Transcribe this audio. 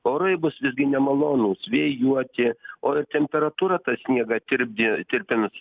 orai bus visgi nemalonūs vėjuoti o temperatūra tą sniegą tirpdė tirpins